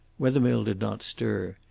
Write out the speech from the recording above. wethermill did not stir.